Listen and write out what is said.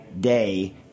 day